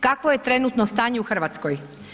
Kakvo je trenutno stanje u Hrvatskoj?